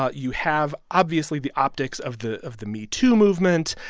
ah you have, obviously, the optics of the of the metoo movement,